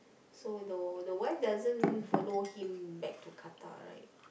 so the the wife doesn't follow him back to Qatar right